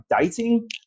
dating